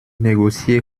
négocier